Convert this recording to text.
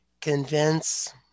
convince